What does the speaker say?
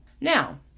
Now